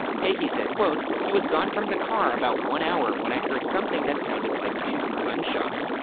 peggy said, quote, he was gone from the car about one hour when i heard something that sounded like two gunshots.